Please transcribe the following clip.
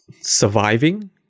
surviving